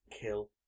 Kill